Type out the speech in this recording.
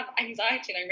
anxiety